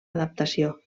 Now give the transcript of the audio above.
adaptació